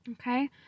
Okay